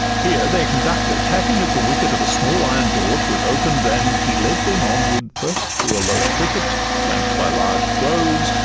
here their conductor tapping at the wicket of a small iron door, t was open'd, and he led them onward, first through a low thicket flank'd by large groves,